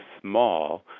small